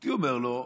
הייתי אומר לו: